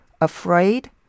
afraid